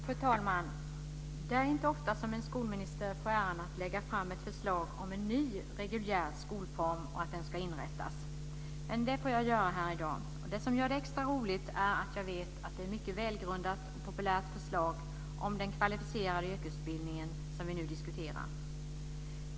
Fru talman! Det är inte ofta en skolminister får äran att lägga fram ett förslag om att en ny reguljär skolform ska inrättas, men det får jag göra här i dag. Det som gör det extra roligt är att jag vet att det är ett mycket välgrundat och populärt förslag om den kvalificerade yrkesutbildningen som vi nu diskuterar.